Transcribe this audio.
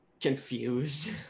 confused